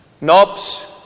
knobs